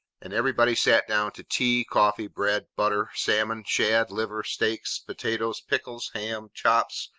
and everybody sat down to tea, coffee, bread, butter, salmon, shad, liver, steaks, potatoes, pickles, ham, chops,